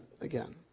again